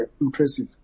impressive